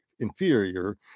inferior